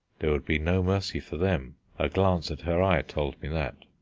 there would be no mercy for them a glance at her eye told me that.